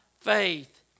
faith